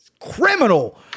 criminal